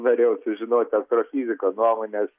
norėjau sužinot astrofoziko nuomonės